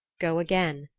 go again,